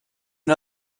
and